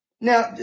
Now